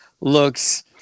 looks